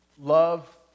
love